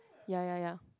ya ya ya